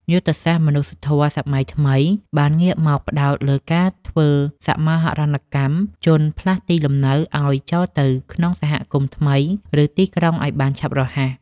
យុទ្ធសាស្ត្រមនុស្សធម៌សម័យថ្មីបានងាកមកផ្តោតលើការធ្វើសមាហរណកម្មជនផ្លាស់ទីលំនៅឱ្យចូលទៅក្នុងសហគមន៍ថ្មី ឬទីក្រុងឱ្យបានឆាប់រហ័ស។